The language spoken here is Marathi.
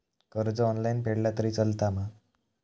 कर्ज ऑनलाइन फेडला तरी चलता मा?